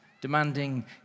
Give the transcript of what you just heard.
demanding